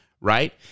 right